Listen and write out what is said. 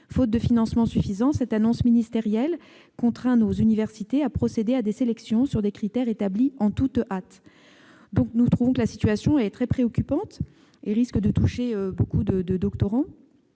Faute de financements suffisants, l'annonce ministérielle contraint ainsi nos universités à procéder à des sélections sur des critères établis en toute hâte. La situation est donc très préoccupante et risque de concerner beaucoup de doctorants